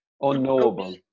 unknowable